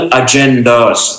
agendas